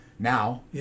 Now